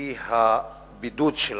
הוא הבידוד שלנו.